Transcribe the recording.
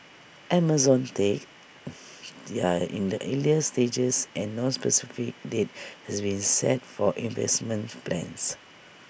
Amazon's talks are in the earlier stages and no specific date has been set for investment plans